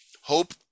hope